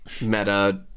meta